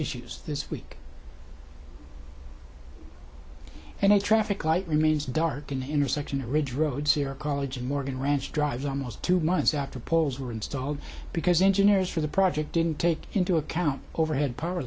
issues this week and a traffic light remains dark an intersection ridge road zero college morgan ranch drives almost two months after poles were installed because engineers for the project didn't take into account overhead power